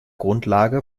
grundlage